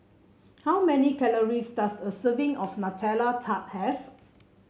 how many calories does a serving of Nutella Tart have